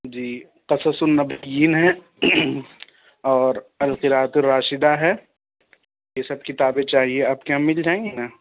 جی قصص النّبيين ہے اور القراءة الراشدہ ہے یہ سب کتابیں چاہیے آپ کے یہاں مل جائیں گی نا